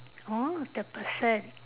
oh the person